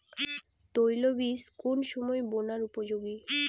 তৈল বীজ কোন সময় বোনার উপযোগী?